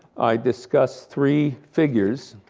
i discuss three figures